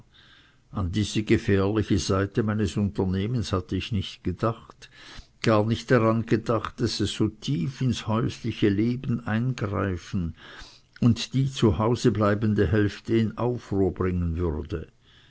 an diese gefährliche seite meines unternehmens hatte ich nicht gedacht gar nicht daran gedacht daß es so tief ins häusliche leben eingreifen und die zu hause bleibende hälfte in aufruhr bringen würde